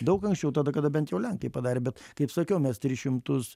daug anksčiau tada kada bent jau lenkai padarė bet kaip sakiau mes tris šimtus